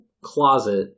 closet